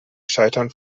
scheitern